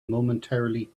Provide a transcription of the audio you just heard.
momentarily